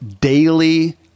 daily